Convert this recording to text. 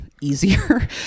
easier